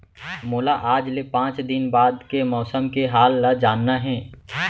मोला आज ले पाँच दिन बाद के मौसम के हाल ल जानना हे?